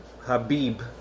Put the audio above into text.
Habib